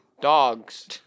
dogs